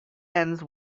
ends